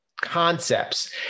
concepts